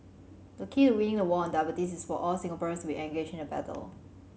the key to winning the war on diabetes is for all Singaporeans will engaged in the battle